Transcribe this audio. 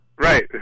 Right